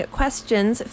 questions